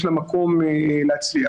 יש לה מקום להצליח.